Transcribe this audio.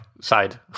side